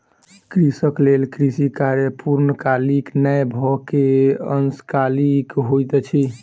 कृषक लेल कृषि कार्य पूर्णकालीक नै भअ के अंशकालिक होइत अछि